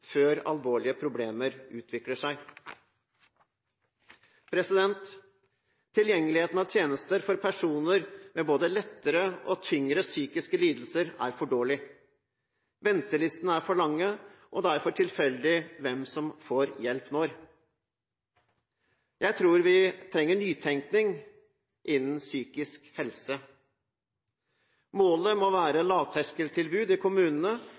før alvorlige problemer utvikler seg. Tilgjengeligheten av tjenester for personer med både lettere og tyngre psykiske lidelser er for dårlig. Ventelistene er for lange, og det er for tilfeldig hvem som får hjelp når. Jeg tror vi trenger nytenkning innen psykisk helse. Målet må være lavterskeltilbud i kommunene,